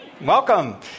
Welcome